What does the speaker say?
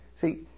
See